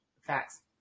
Facts